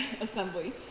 assembly